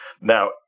Now